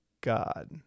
God